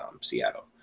Seattle